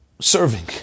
serving